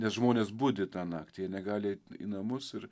nes žmonės budi tą naktį jie negali į namus ir